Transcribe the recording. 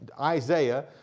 Isaiah